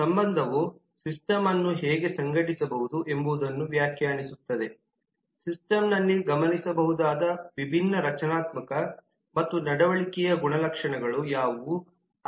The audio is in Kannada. ಸಂಬಂಧವು ಸಿಸ್ಟಮನ್ನು ಹೇಗೆ ಸಂಘಟಿಸಬಹುದು ಎಂಬುದನ್ನು ವ್ಯಾಖ್ಯಾನಿಸುತ್ತದೆ ಸಿಸ್ಟಮ್ನಲ್ಲಿ ಗಮನಿಸಬಹುದಾದ ವಿಭಿನ್ನ ರಚನಾತ್ಮಕ ಮತ್ತು ನಡವಳಿಕೆಯ ಗುಣಲಕ್ಷಣಗಳು ಯಾವುವು